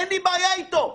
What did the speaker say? אין לי בעיה איתו,